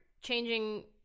changing